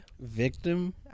Victim